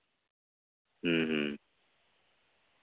ᱦᱮᱸ ᱦᱮᱸ